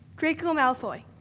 draco malfoy.